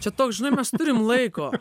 čia toks žinai mes turim laiko